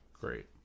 great